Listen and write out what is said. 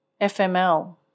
FML